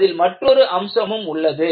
அதில் மற்றொரு அம்சமும் உள்ளது